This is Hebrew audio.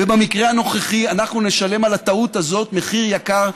ובמקרה הנוכחי אנחנו נשלם על הטעות הזאת מחיר יקר,